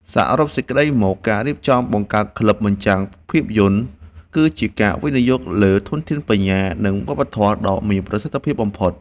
សរុបសេចក្ដីមក ការរៀបចំបង្កើតក្លឹបបញ្ចាំងភាពយន្ត គឺជាការវិនិយោគលើ ធនធានបញ្ញា និងវប្បធម៌ ដ៏មានប្រសិទ្ធភាពបំផុត។